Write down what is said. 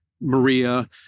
Maria